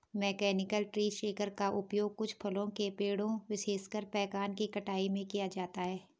mechanical tree shaker का उपयोग कुछ फलों के पेड़ों, विशेषकर पेकान की कटाई में किया जाता है